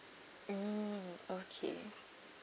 mm okay